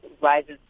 rises